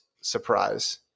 surprise